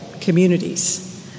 communities